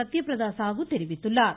சத்தியபிரத சாகு தெரிவித்துள்ளா்